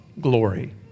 glory